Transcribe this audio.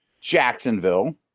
Jacksonville